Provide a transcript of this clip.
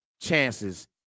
chances